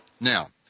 Now